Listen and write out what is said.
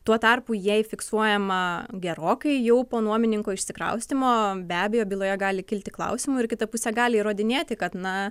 tuo tarpu jei fiksuojama gerokai jau po nuomininko išsikraustymo be abejo byloje gali kilti klausimų ir kita pusė gali įrodinėti kad na